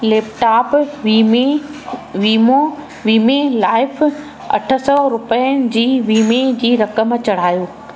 laptop वीमे वीमो वीमे लाइफ अठ सौ रुपियनि जी वीमे जी रक़म चढ़ायो